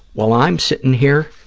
while i'm sitting here,